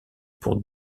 pour